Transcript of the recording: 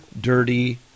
dirty